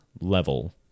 level